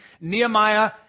Nehemiah